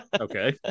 Okay